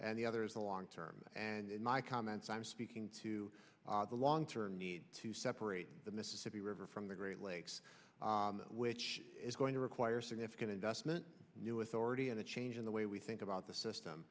and the other is the long term and in my comments i'm speaking to the long term need to separate the mississippi river from the great lakes which is going to require significant investment new authority and a change in the way we think about the system